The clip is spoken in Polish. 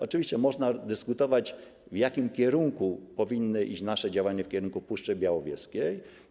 Oczywiście można dyskutować, w jakim kierunku powinny iść nasze działania dotyczące Puszczy Białowieskiej.